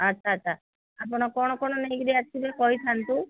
ଆଚ୍ଛା ଆଚ୍ଛା ଆପଣ କ'ଣ କ'ଣ ନେଇକିରି ଆସିବେ କହିଥାନ୍ତୁ